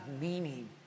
meaning